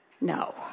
No